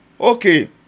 Okay